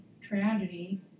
tragedy